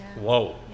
Whoa